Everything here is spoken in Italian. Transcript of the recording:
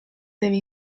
deve